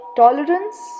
tolerance